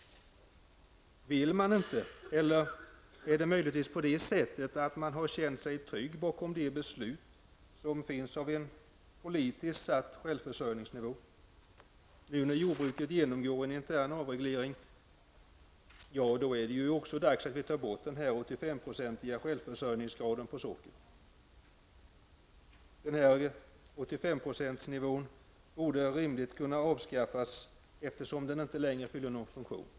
Vill man inte, eller är det möjligtvis på det sättet att man har känt sig trygg bakom det beslut som politiker har fattat om en självförsörjningsnivå? Nu när jordbruket genomgår en intern avreglering är det också dags att vi tar bort den 85-procentiga självförsörjningsgraden i fråga om socker. Denna 85-procentsnivå borde rimligen kunna avskaffas, eftersom den inte längre fyller någon funktion.